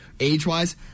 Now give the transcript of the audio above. Age-wise